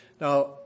Now